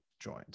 joined